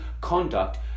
conduct